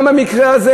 גם במקרה הזה.